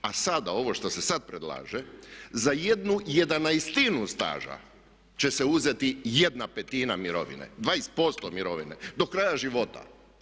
A sada ovo što se sad predlaže za jednu jedanaestinu staža će se uzeti jedna petina mirovine, 20% mirovine do kraja života.